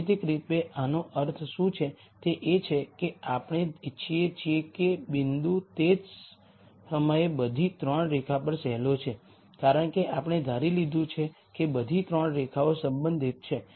ભૌમિતિક રૂપે આનો અર્થ શું છે તે એ છે કે આપણે ઇચ્છીએ છીએ કે બિંદુ તે જ સમયે બધી 3 રેખા પર રહેલો છે કારણ કે આપણે ધારી લીધું છે કે બધી 3 રેખાઓ સંબંધિત છે